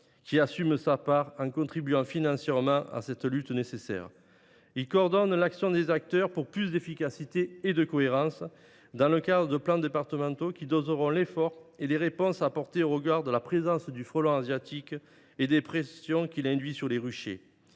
qui assume sa part en contribuant financièrement à cette lutte nécessaire. Il coordonne l’action des acteurs pour plus d’efficacité et de cohérence dans le cadre de plans départementaux qui doseront l’effort et les réponses à apporter au regard de la présence du frelon asiatique et des pressions qu’il induit sur les ruchers.